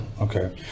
okay